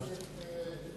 חבר הכנסת הורוביץ.